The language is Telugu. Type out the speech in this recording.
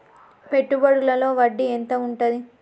పెట్టుబడుల లో వడ్డీ ఎంత ఉంటది?